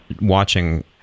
watching